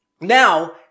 Now